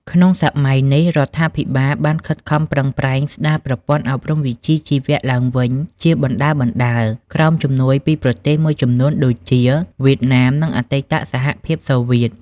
ក្នុងសម័យនេះ រដ្ឋាភិបាលបានខិតខំប្រឹងប្រែងស្តារប្រព័ន្ធអប់រំវិជ្ជាជីវៈឡើងវិញជាបណ្តើរៗ ក្រោមជំនួយពីប្រទេសមួយចំនួនដូចជា វៀតណាម និងអតីតសហភាពសូវៀត។